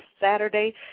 Saturday